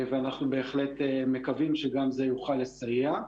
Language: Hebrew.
ואנחנו בהחלט מקווים שגם זה יוכל לסייע.